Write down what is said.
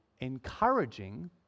encouraging